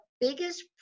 biggest